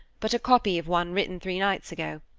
but a copy of one written three nights ago.